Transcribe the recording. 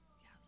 yes